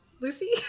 Lucy